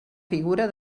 figura